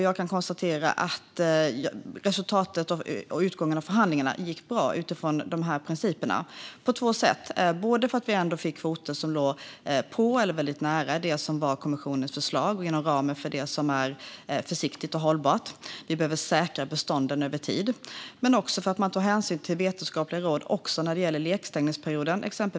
Jag kan konstatera att resultatet och utgången av förhandlingarna var bra utifrån dessa principer. De är bra på två sätt. De är bra för att vi fick kvoter som låg på eller väldigt nära det som var kommissionens förslag och inom ramen för det som är försiktigt och hållbart. Vi behöver säkra bestånden över tid. De är också bra för att man tar hänsyn till vetenskapliga råd även när det gäller exempelvis lekstängningsperioden.